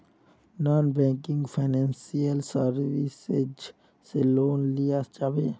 Non banking financial services से loan लिया जाबे?